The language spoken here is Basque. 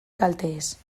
kalteez